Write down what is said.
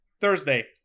Thursday